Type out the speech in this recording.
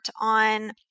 on